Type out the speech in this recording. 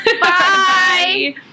Bye